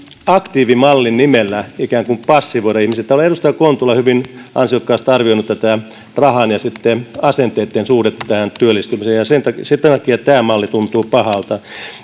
aktiivimallin nimellä ikään kuin passivoida ihmisiä täällä on edustaja kontula hyvin ansiokkaasti arvioinut tätä rahan ja asenteitten suhdetta työllistymiseen ja sen takia tämä malli tuntuu pahalta